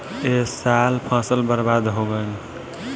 ए साल फसल बर्बाद हो गइल